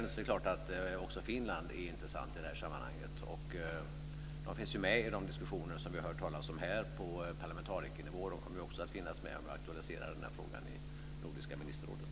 Också Finland är intressant i det här sammanhanget. De finns med i de diskussioner som vi hört talas om här på parlamentarikernivå. De kommer också att finnas med när vi aktualiserar frågan i Nordiska ministerrådet.